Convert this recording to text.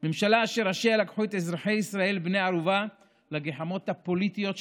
ממשלה אשר ראשיה לקחו את אזרחי ישראל בני ערובה לגחמות הפוליטיות שלהם.